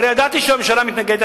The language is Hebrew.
הרי ידעתי שהממשלה מתנגדת,